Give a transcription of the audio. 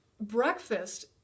breakfast